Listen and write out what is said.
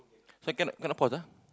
second gonna pause ah